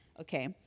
Okay